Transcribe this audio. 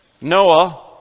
Noah